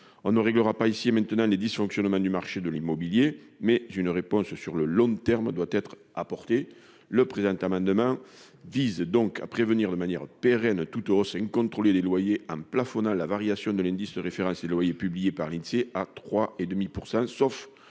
On ne réglera pas ici et maintenant les dysfonctionnements du marché de l'immobilier, mais une réponse sur le long terme doit être apportée. Le présent amendement vise à prévenir de manière pérenne toute hausse incontrôlée des loyers en plafonnant la variation de l'indice de référence des loyers publiés par l'Insee à 3,5 %, sauf